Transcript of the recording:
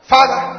Father